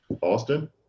Austin